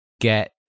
get